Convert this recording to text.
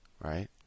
right